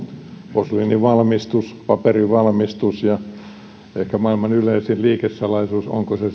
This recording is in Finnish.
posliinin valmistus paperin valmistus ja ehkä maailman yleisin liikesalaisuus onko se